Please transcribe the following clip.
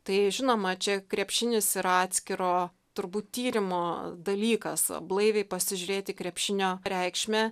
tai žinoma čia krepšinis ir atskiro turbūt tyrimo dalykas blaiviai pasižiūrėti krepšinio reikšmę